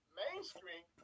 mainstream